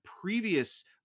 previous